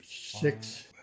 six